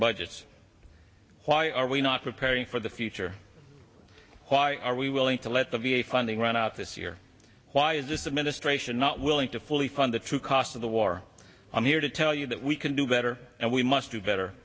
budgets why are we not preparing for the future why are we willing to let the v a funding run out this year why is the ministration not willing to fully fund the true cost of the war i'm here to tell you that we can do better and we must do better